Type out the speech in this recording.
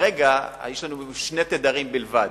כרגע יש לנו שני תדרים בלבד,